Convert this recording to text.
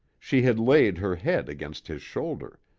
she had laid her head against his shoulder,